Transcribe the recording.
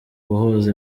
guhuza